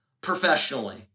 professionally